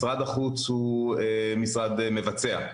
משרד החוץ הוא משרד מבצע.